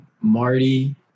Marty